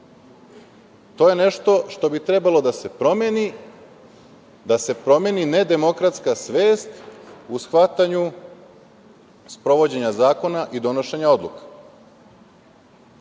To je nešto što bi trebalo da se promeni, da se promeni nedemokratska svest u shvatanju sprovođenja zakona i donošenja odluka. Takođe,